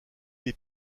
des